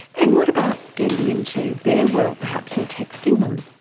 and what about getting into their world perhaps and texting them?